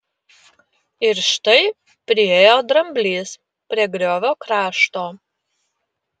ir štai priėjo dramblys prie griovio krašto